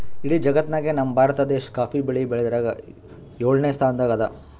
ಇಡೀ ಜಗತ್ತ್ನಾಗೆ ನಮ್ ಭಾರತ ದೇಶ್ ಕಾಫಿ ಬೆಳಿ ಬೆಳ್ಯಾದ್ರಾಗ್ ಯೋಳನೆ ಸ್ತಾನದಾಗ್ ಅದಾ